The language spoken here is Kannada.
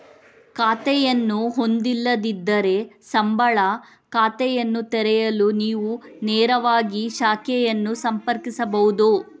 ಖಾತೆಯನ್ನು ಹೊಂದಿಲ್ಲದಿದ್ದರೆ, ಸಂಬಳ ಖಾತೆಯನ್ನು ತೆರೆಯಲು ನೀವು ನೇರವಾಗಿ ಶಾಖೆಯನ್ನು ಸಂಪರ್ಕಿಸಬಹುದು